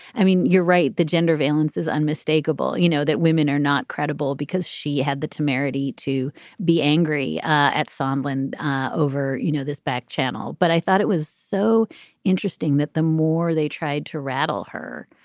i mean, you're right. the gender valence is unmistakable. you know that women are not credible because she had the temerity to be angry at someone over. you know, this back channel. but i thought it was so interesting that the more they tried to rattle her,